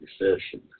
recession